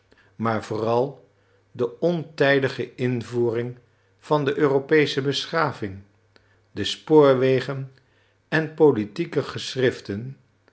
maar vooral de ontijdige invoering van de europeesche beschaving de spoorwegen en politieke geschriften